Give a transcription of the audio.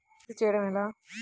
CC చేయడము ఎలా?